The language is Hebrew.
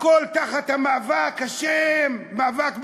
הכול תחת המאבק, השם: מאבק בטרור.